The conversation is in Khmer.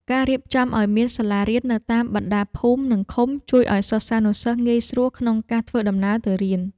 ការរៀបចំឱ្យមានសាលារៀននៅតាមបណ្តាភូមិនិងឃុំជួយឱ្យសិស្សានុសិស្សងាយស្រួលក្នុងការធ្វើដំណើរទៅរៀន។